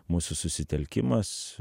mūsų susitelkimas